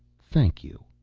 thank you.